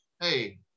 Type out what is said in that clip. Hey